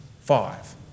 Five